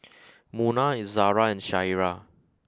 Munah Izzara and Syirah